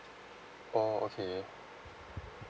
orh okay